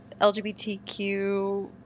lgbtq